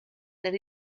that